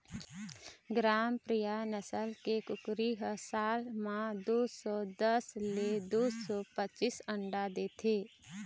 ग्रामप्रिया नसल के कुकरी ह साल म दू सौ दस ले दू सौ पचीस अंडा देथे